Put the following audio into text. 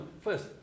first